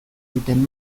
duten